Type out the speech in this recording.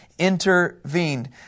Intervened